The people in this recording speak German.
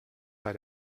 bei